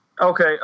Okay